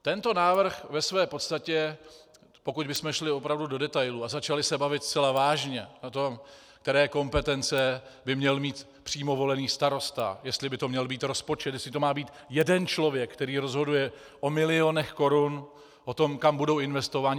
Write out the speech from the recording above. Tento návrh ve své podstatě, pokud bychom šli opravdu do detailů a začali se bavit zcela vážně o tom, které kompetence by měl mít přímo volený starosta, jestli by to měl být rozpočet, jestli to má být jeden člověk, který rozhoduje o milionech korun, o tom, kam budou investovány.